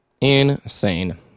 Insane